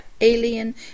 alien